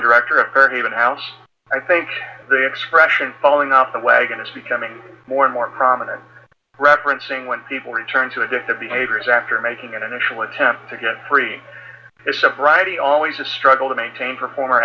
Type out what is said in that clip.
director of her haven house i think the expression falling off the wagon is becoming more and more prominent referencing when people return to addictive behaviors after making initial attempts to get free sobriety always a struggle to maintain for former